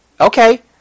Okay